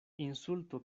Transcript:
insulto